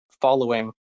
following